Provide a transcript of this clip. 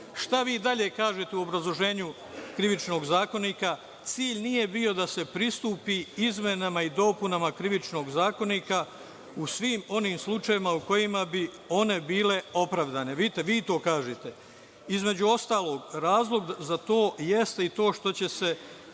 vi dalje kažete u obrazloženju Krivičnog zakonika? Cilj nije bio da se pristupi izmenama i dopuna Krivičnog zakonika u svim onim slučajevima u kojima bi one bile opravdane. Vidite, vi to kažete. Između ostalog razlog za to jeste i to što će se